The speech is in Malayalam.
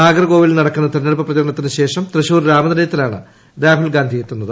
നാഗർകോവിലിൽ നടക്കുന്നു് ത്തെരഞ്ഞെടുപ്പ് പ്രചരണത്തിനു ശേഷം തൃശ്ശൂർ രാമനിലയ്യത്തീലാണ് രാഹുൽ ഗാന്ധി എത്തുന്നത്